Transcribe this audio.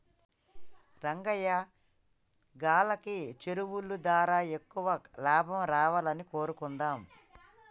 రంగయ్యా గాల్లకి సెరువులు దారా ఎక్కువ లాభం రావాలని కోరుకుందాం